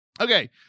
Okay